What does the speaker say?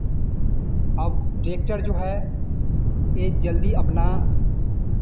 अब ट्रैक्टर जो है एक जल्दी अपना